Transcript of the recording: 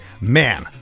man